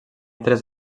tres